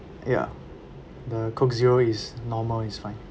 ya the coke zero is normal is fine